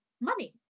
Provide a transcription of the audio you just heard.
money